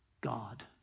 God